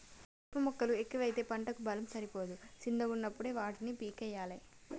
కలుపు మొక్కలు ఎక్కువైతే పంటకు బలం సరిపోదు శిన్నగున్నపుడే వాటిని పీకేయ్యలే